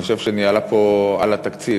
אני חושב שהיא ניהלה פה על התקציב